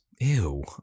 Ew